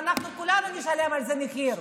ואנחנו כולנו נשלם על זה מחיר,